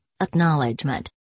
Acknowledgement